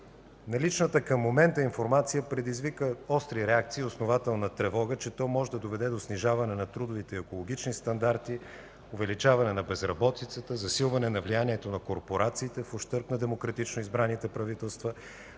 Наличната към момента информация предизвика остри реакции и основателна тревога, че то може да доведе до снижаване на трудовите и екологични стандарти, увеличаване на безработицата, засилване на влиянието на корпорациите в ущърб на демократично избраните правителства,